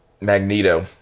Magneto